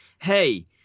hey